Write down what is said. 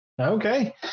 Okay